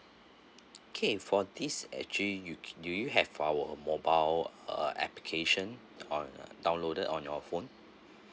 okay for this actually you do you have our mobile err application on uh downloaded on your phone